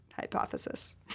hypothesis